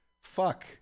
Fuck